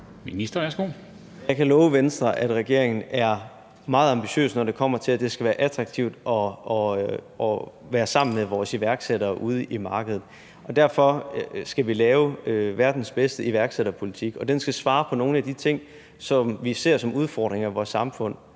Jeg kan love Venstre, at regeringen er meget ambitiøs, når det kommer dertil, at det skal være attraktivt at være sammen med vores iværksættere ude på markedet. Derfor skal vi lave verdens bedste iværksætterpolitik, og den skal svare på nogle af de ting, som vi ser som udfordringer i vores samfund,